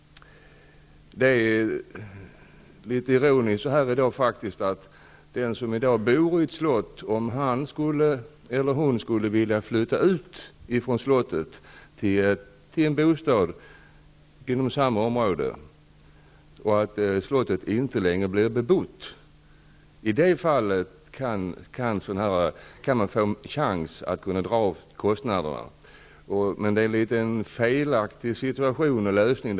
Det är litet ironiskt att om den som i dag bor i ett slott skulle vilja flytta ut till en bostad inom samma område, så att slottet inte längre är bebott, kan han få en chans att dra av kostnaderna. Det är emellertid en felaktig lösning.